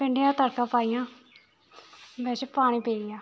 भिंड्डियां तड़के पाइयां बिच्च पानी पेई गेआ